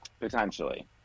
Potentially